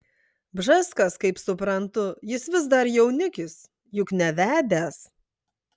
bžeskas kaip suprantu jis vis dar jaunikis juk nevedęs